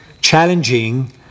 challenging